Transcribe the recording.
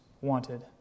wanted